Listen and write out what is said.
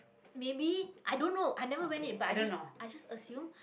maybe i don't knowI never went in but Ii just i just assume